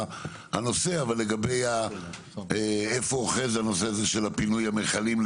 הנושא של איפה נמצא נושא פינוי המכלים,